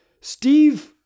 Steve